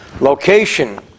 location